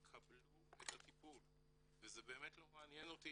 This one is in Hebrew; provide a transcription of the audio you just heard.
יקבלו את הטיפול וזה באמת לא מעניין אותי